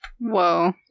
Whoa